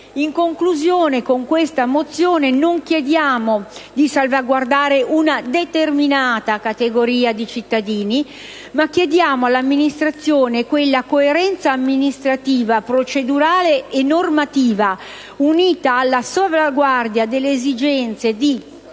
In conclusione, con la nostra mozione non chiediamo di salvaguardare una determinata categoria di cittadini, bensì chiediamo all'amministrazione quella coerenza amministrativa, procedurale e normativa, unita alla salvaguardia delle esigenze di